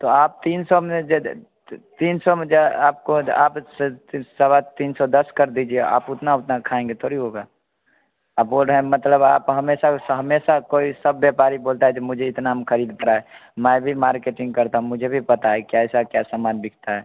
तो आप तीन सौ में दे देते तीन सौ में जा आपको अ आप सवा तीन सौ दस कर दीजिए आप उतना उतना खाएंगे थोड़ी होगा आप बोल रहे हैं मतलब आप हमेशा उसा हमेशा कोई सब व्यापारी बोलता है जे मुझे इतना म खरीद पड़ा है मैं भी मार्केटिंग करता मुझे भी पता है कैसा क्या सामान बिकता है